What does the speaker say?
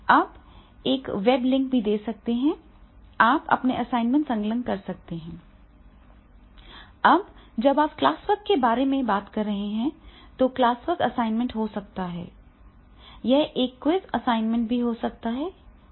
आप एक web link भी दे सकते हैं आप अपने असाइनमेंट संलग्न कर सकते हैं अब जब आप क्लासवर्क के बारे में बात कर रहे हैं तो क्लासवर्क असाइनमेंट हो सकता है यह एक क्विज़ असाइनमेंट हो सकता है